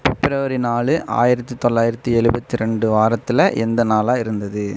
பிப்ரவரி நாலு ஆயிரத்தி தொள்ளாயிரத்தி எழுவத்தி ரெண்டு வாரத்தில் எந்த நாளாக இருந்தது